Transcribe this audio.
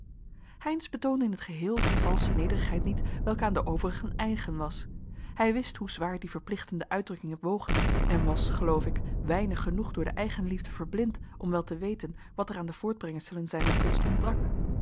heynsz betoonde in t geheel die valsche nederigheid niet welke aan de overigen eigen was hij wist hoe zwaar die verplichtende uitdrukkingen wogen en was geloof ik weinig genoeg door de eigenliefde verblind om wel te weten wat er aan de voortbrengselen zijner kunst ontbrak